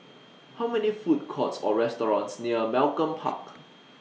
Are There Food Courts Or restaurants near Malcolm Park